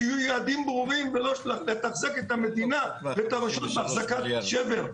שיהיו יעדים ברורים ולתחזק את המדינה ואת הרשות מאחזקת שבר.